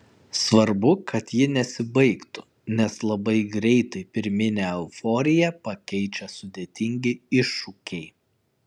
svarbu kad ji nesibaigtų nes labai greitai pirminę euforiją pakeičia sudėtingi iššūkiai